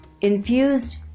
infused